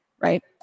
right